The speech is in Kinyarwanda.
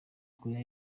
korea